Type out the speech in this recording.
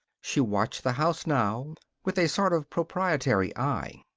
she watched the house now with a sort of proprietary eye.